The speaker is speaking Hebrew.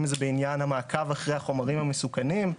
אם זה בעניין המעקב אחרי החומרים המסוכנים,